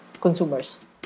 consumers